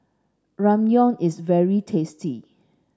Ramyeon is very tasty